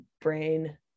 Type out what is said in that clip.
brain